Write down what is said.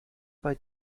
bei